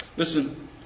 Listen